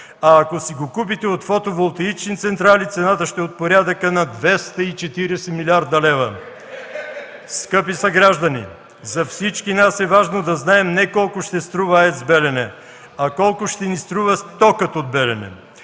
Ако си го купите от фотоволтаичните централи – цената ще е от порядъка на 240 млрд. лв.! (Смях.) Скъпи съграждани, за всички нас е важно не колко ще струва АЕЦ „Белене”, а колко ще ни струва токът от „Белене”.